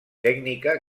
tècnica